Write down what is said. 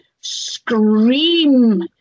scream